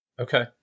Okay